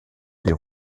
des